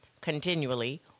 continually